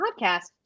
podcast